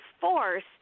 force